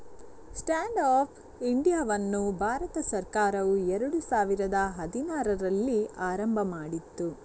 stand up ಇಂಡಿಯಾವನ್ನು ಭಾರತ ಸರ್ಕಾರವು ಎರಡು ಸಾವಿರದ ಹದಿನಾರರಲ್ಲಿ ಆರಂಭ ಮಾಡಿತು